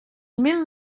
mil